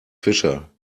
fischer